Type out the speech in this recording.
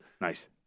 Nice